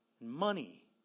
Money